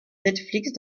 netflix